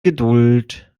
geduld